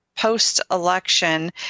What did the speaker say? Post-election